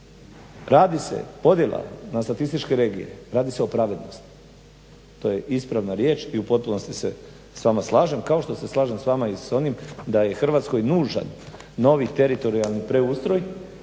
Radi se, podjela na statističke regije, radi se o pravednosti. To je ispravna riječ i u potpunosti se s vama slažem kao što se slažem s vama i s onim da je Hrvatskoj nužan novi teritorijalni preustroj,